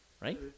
right